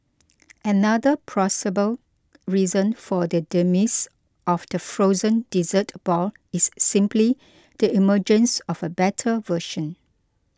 another plausible reason for the demise of the frozen dessert ball is simply the emergence of a better version